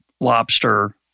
lobster